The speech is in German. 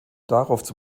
daraufhin